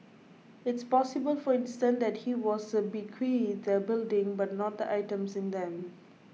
it's possible for instance that he was bequeathed the building but not the items in them